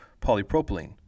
polypropylene